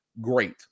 great